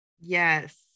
Yes